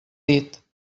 dit